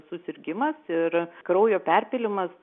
susirgimas ir kraujo perpylimas